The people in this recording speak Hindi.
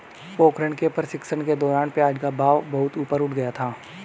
पोखरण के प्रशिक्षण के दौरान प्याज का भाव बहुत ऊपर उठ गया था